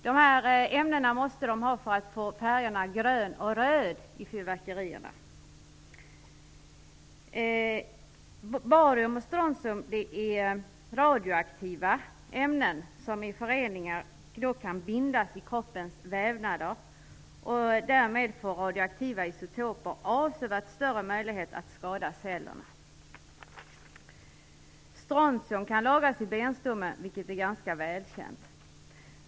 Dessa ämnen måste man ha för att få färgerna grön och röd i fyrverkerierna. Barium och strontium är radioaktiva ämnen som i föreningar kan bindas i kroppens vävnader. Därmed får radioaktiva isotoper avsevärt större möjligheter att skada cellerna. Strontium kan lagras i benstommen, vilket är ganska välkänt.